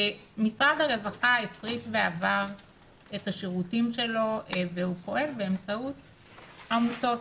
משרד הרווחה הפריט בעבר את השירותים שלו והוא פועל באמצעות עמותות.